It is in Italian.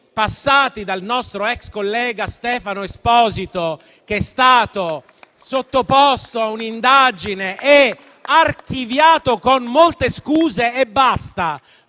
passati dal nostro ex collega Stefano Esposito, che è stato sottoposto a un'indagine, archiviata con molte scuse e basta,